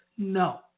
No